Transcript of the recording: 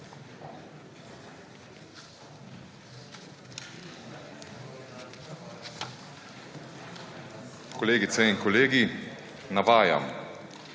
Kolegice in kolegi! Navajam: